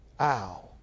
ow